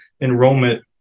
enrollment